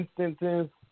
instances